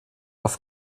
auf